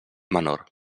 menor